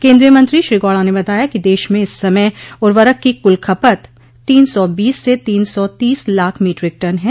केन्द्रीय मंत्री श्री गौडा ने बताया कि देश में इस समय उर्वरक की कुल खपत तीन सौ बीस से तीन सौ तीस लाख मीट्रिक टन है